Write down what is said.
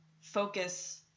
focus